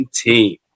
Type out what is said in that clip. team